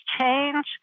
change